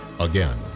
Again